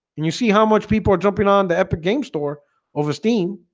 and you see how much people are jumping on the epic game store over steam?